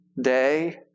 day